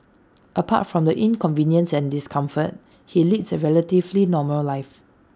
apart from the inconvenience and discomfort he leads A relatively normal life